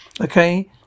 Okay